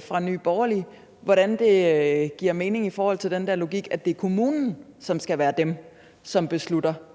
fra Nye Borgerlige, hvordan det giver mening med den der logik, at det skal være kommunen, som skal være dem, som beslutter